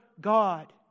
God